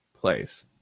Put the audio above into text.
place